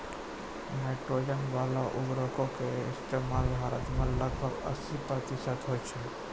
nitrogen बाला उर्वरको के इस्तेमाल भारत मे लगभग अस्सी प्रतिशत होय छै